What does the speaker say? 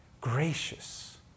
gracious